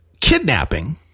kidnapping